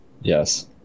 Yes